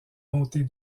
montée